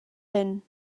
hyn